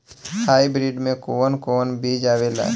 Hybrid में कोवन कोवन बीज आवेला?